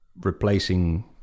replacing